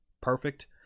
perfect